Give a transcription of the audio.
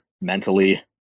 mentally